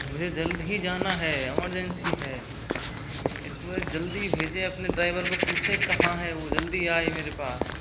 मुझे जल्दी जाना है इमरजेंसी है इसलिए जल्दी भेजें अपने ड्राइवर को पूछे कहाँ है वो जल्दी आए मेरे पास